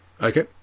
Okay